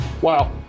Wow